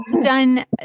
done